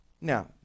Now